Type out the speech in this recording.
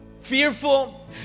fearful